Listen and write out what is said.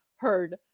heard